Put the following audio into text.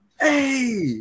Hey